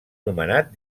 nomenat